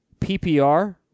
PPR